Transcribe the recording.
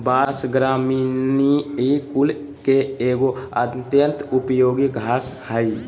बाँस, ग्रामिनीई कुल के एगो अत्यंत उपयोगी घास हइ